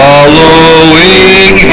Following